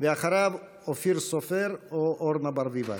אחריו, אופיר סופר או אורנה ברביבאי.